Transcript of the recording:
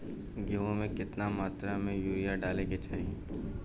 गेहूँ में केतना मात्रा में यूरिया डाले के चाही?